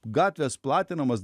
gatvės platinamas